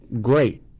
great